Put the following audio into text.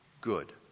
good